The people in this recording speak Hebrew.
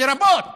לרבות